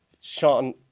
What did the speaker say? Sean –